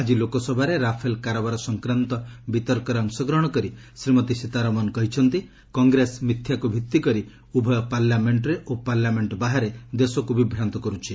ଆଜି ଲୋକସଭାରେ ରାଫେଲ କାରବାର ସଂକ୍ରାନ୍ତ ବିତର୍କରେ ଅଂଶଗ୍ରହଣ କରି ଶ୍ରୀମତୀ ସୀତାରମଣ କହିଛନ୍ତି କଂଗ୍ରେସ ମିଥ୍ୟାକୁ ଭିଭିକରି ଉଭୟ ପାର୍ଲାମେଣ୍ଟରେ ଓ ପାର୍ଲାମେଣ୍ଟ ବାହାରେ ଦେଶକୁ ବିଭ୍ରାନ୍ତ କରୁଛି